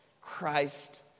Christ